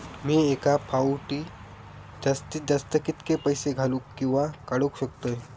मी एका फाउटी जास्तीत जास्त कितके पैसे घालूक किवा काडूक शकतय?